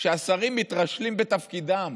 כשהשרים מתרשלים בתפקידם